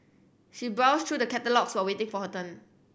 she browsed through the catalogues while waiting for her turn